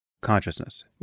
consciousness